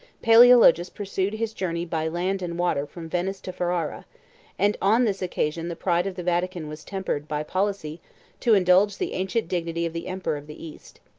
palaeologus pursued his journey by land and water from venice to ferrara and on this occasion the pride of the vatican was tempered by policy to indulge the ancient dignity of the emperor of the east.